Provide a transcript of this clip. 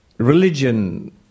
Religion